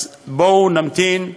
אז בואו נמתין.